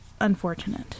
unfortunate